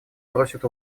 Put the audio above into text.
просит